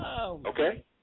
Okay